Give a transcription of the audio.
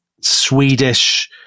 swedish